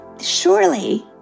surely